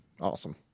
Awesome